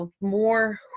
more